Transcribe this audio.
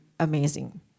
amazing